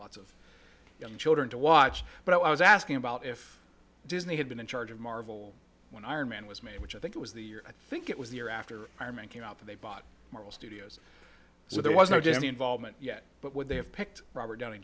lots of young children to watch but i was asking about if disney had been in charge of marvel when iron man was made which i think it was the year i think it was the year after our men came out they bought moral studios so there was not just any involvement yet but would they have picked robert downey